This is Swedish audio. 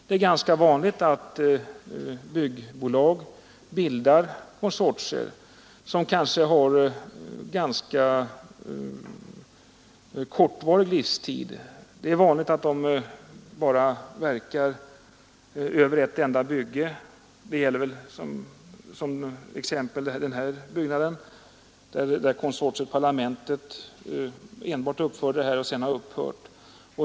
Det förekommer ofta att byggbolag bildar konsortier, som ibland har ganska kort varaktighet. Det är vanligt att de bara verkar under ett enda bygge. Det gäller exempelvis denna byggnad, där konsortiet Parlamentet enbart uppförde detta hus och sedan upphörde.